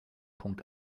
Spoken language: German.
punkt